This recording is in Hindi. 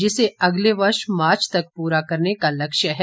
जिसे अगले वर्ष मार्च तक प्ररा करने का लक्ष्य है